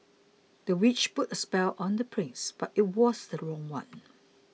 the witch put a spell on the prince but it was the wrong one